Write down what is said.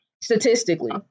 Statistically